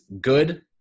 good